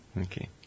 okay